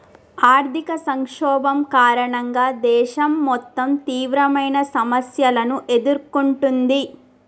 ఆర్థిక సంక్షోభం కారణంగా దేశం మొత్తం తీవ్రమైన సమస్యలను ఎదుర్కొంటుంది